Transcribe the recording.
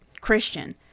Christian